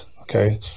okay